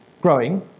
growing